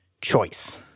choice